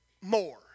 more